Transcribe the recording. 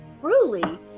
truly